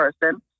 person